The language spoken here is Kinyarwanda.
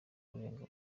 urenga